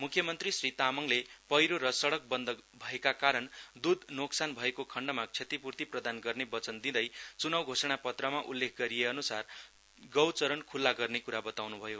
मुख्यमन्त्री श्री तामाङले पैरो र सड्रक बन्द भएका कारण दुध नोक्सान भएको खण्डमा क्षतिपूर्ति प्रदान गर्ने वचन दिँदै चुनाउ घोषणा पत्रमा उल्लेख गरिए अनुसार गौचरण खुल्ला गर्ने कुरा बताउनु भयो